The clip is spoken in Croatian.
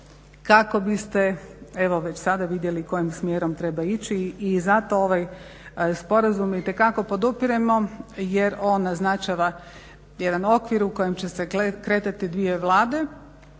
kako biste evo već sada vidjeli kojim smjerom treba ići. I zato ovaj Sporazum itekako podupiremo jer on naznačava jedan okvir u kojem će se kretati dvije Vlade